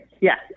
Yes